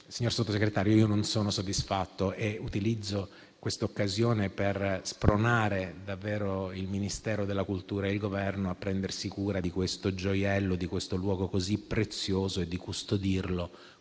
signor Sottosegretario, io non sono soddisfatto e utilizzo questa occasione per spronare davvero il Ministero della cultura e il Governo a prendersi cura di questo gioiello, di questo luogo così prezioso e di custodirlo